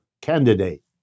candidate